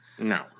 No